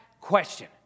question